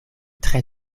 tre